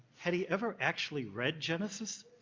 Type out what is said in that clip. had he ever actually read genesis?